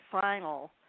final